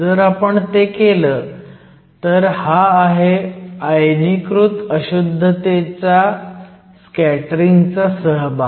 जर आपण ते केलं तर हा आहे आयनीकृत अशुद्धतेच्या स्कॅटरिंगचा सहभाग